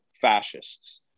fascists